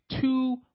two